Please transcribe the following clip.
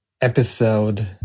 episode